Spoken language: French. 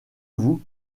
vous